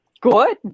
good